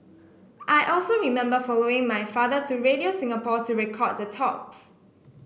I also remember following my father to Radio Singapore to record the talks